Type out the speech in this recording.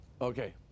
Okay